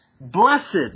blessed